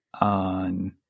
on